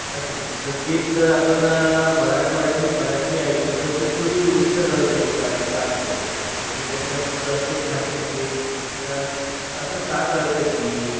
असे तर तेच जर आपण ते मराठवाड्यातील मराठी ऐकूल तर ती थोडी उच्च दर्जाची वाट वाटते जसं त्यांच्या प्रत्येक भाषेमधे असं का करतं की